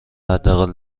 حداقل